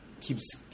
keeps